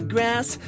Grass